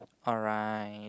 alright